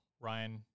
ryan